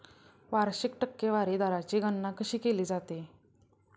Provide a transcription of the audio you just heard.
वार्षिक टक्केवारी दराची गणना कशी केली जाते?